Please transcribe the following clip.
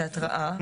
התראה,